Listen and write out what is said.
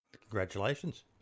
Congratulations